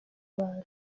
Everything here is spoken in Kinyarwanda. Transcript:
abantu